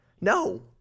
No